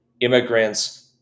Immigrants